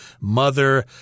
mother